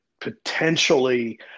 potentially